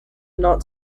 not